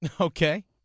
Okay